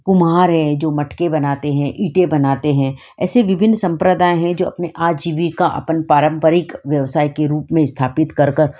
कुम्हार हैं जो मटके बनाते हैं ईटे बनाते हैं ऐसे विभिन्न संप्रदाएँ हैं जो अपने आजीविका अपन पारम्पारिक व्यवसाय के रूप में स्थापित करके